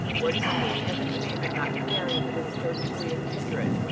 what is the meaning of the commandment not to marry within the third degree of kindred?